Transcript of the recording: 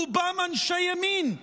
רובם אנשי ימין,